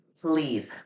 Please